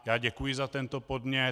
Já děkuji za tento podnět.